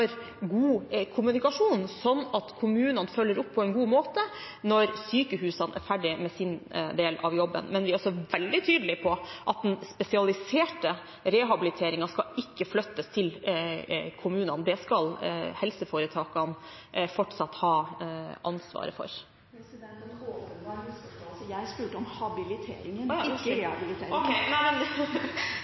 for god kommunikasjon, sånn at kommunene følger opp på en god måte når sykehusene er ferdig med sin del av jobben. Men vi er veldig tydelig på at den spesialiserte rehabiliteringen ikke skal flyttes til kommunene – det skal helseforetakene fortsatt ha ansvaret for. Det er en åpenbar misforståelse – jeg spurte om habiliteringen, ikke rehabiliteringen. Ok